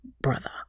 brother